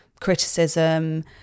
criticism